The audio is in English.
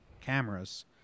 cameras